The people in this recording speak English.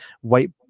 white